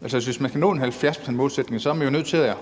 Hvis man skal opfylde en 70-procentsmålsætning, er man jo nødt til at